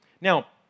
now